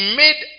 made